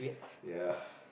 ppl ya